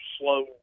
slow